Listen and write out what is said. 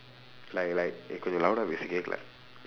like like நீ கொஞ்சம்:nii konjsam louda பேசு கேட்கல:peesu keetkala